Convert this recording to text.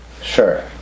Sure